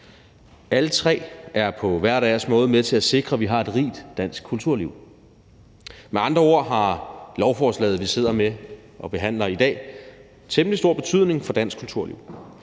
Alle tre er på hver deres måde med til at sikre, at vi har et rigt dansk kulturliv. Med andre ord har lovforslaget, vi sidder med og behandler i dag, temmelig stor betydning for dansk kulturliv.